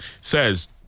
says